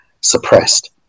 suppressed